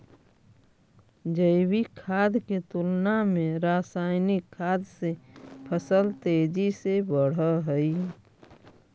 जैविक खाद के तुलना में रासायनिक खाद से फसल तेजी से बढ़ऽ हइ